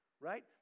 right